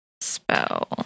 spell